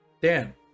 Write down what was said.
dan